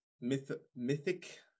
mythic